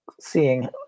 seeing